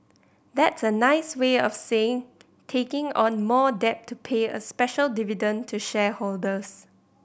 that's a nice way of saying taking on more debt to pay a special dividend to shareholders